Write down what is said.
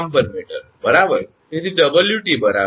45 𝐾𝑔 𝑚 બરાબર